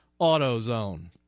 AutoZone